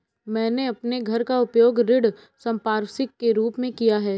मैंने अपने घर का उपयोग ऋण संपार्श्विक के रूप में किया है